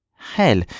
hell